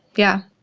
yeah,